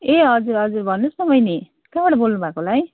ए हजुर हजुर भन्नुहोस् न बैनी कहाँबाट बोल्नुभएको होला है